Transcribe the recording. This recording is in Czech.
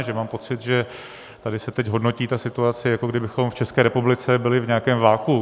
Že mám pocit, že tady se teď hodnotí ta situace, jako kdybychom v České republice byli v nějakém vakuu.